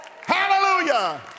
Hallelujah